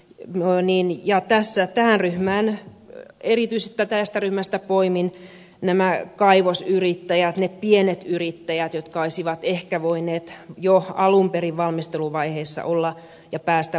noin niin ja tässä tähän ryhmään erityisesti tästä ryhmästä poimin nämä kaivosyrittäjät ne pienet yrittäjät jotka olisivat ehkä voineet jo alun perin valmisteluvaiheessa olla mukana ja päästä voimakkaammin mukaan